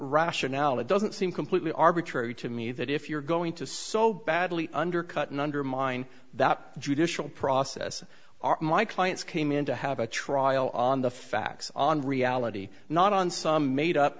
rationale it doesn't seem completely arbitrary to me that if you're going to so badly undercut and undermine that judicial process are my clients came in to have a trial on the facts on reality not on some made up